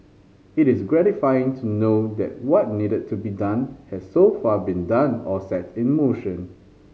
it is gratifying to know that what needed to be done has so far been done or set in motion